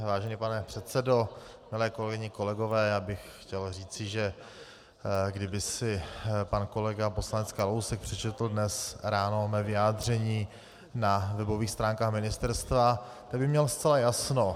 Vážený pane předsedo, milé kolegyně, kolegové, já bych chtěl říci, že kdyby si pan kolega poslanec Kalousek přečetl dnes ráno mé vyjádření na webových stránkách ministerstva, tak by měl zcela jasno.